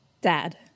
Dad